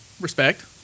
Respect